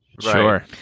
Sure